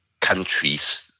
countries